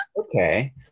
okay